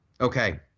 Okay